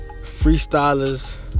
Freestylers